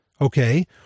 okay